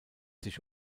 sich